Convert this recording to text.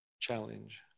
Challenge